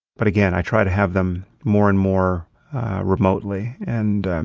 but again, i try to have them more and more remotely. and and